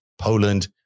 Poland